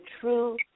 true